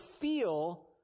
feel